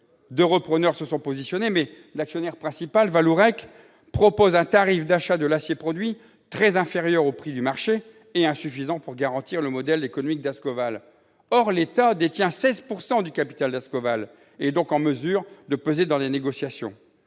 Deux repreneurs se sont positionnés, mais l'actionnaire principal, Vallourec, propose un tarif d'achat de l'acier produit très inférieur au prix du marché et insuffisant pour garantir le modèle économique d'Ascoval. Or l'État détient 16 % du capital de Vallourec ; il est donc en mesure de peser dans les négociations.